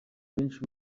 benshi